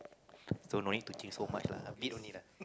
so no need to change so much lah a bit only lah